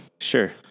Sure